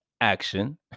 action